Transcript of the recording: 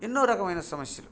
ఎన్నో రకమైన సమస్యలు